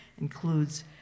includes